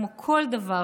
כמו בכל דבר,